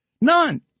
None